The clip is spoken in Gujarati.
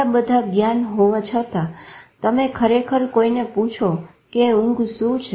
આપણને બધુ જ્ઞાન હોવા છતાં જો તમે ખરેખર કોઈને પૂછો કે ઊંઘ શું છે